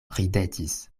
ridetis